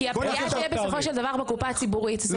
כי הפגיעה תהיה בסופו של דבר בקופה הציבורית.